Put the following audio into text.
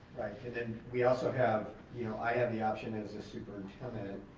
then we also have, you know, i have the option as the superintendent